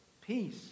peace